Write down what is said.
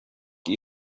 die